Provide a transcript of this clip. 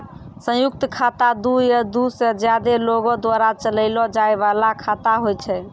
संयुक्त खाता दु या दु से ज्यादे लोगो द्वारा चलैलो जाय बाला खाता होय छै